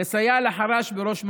לסייע לחלש בראש מעייננו.